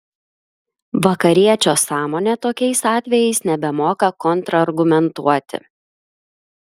vakariečio sąmonė tokiais atvejais nebemoka kontrargumentuoti